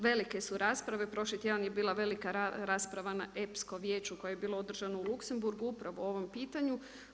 Velike su rasprave, prošli tjedan je bila velika rasprava na epskom vijeću koje je bilo održano u Luksemburgu upravo o ovom pitanju.